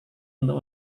untuk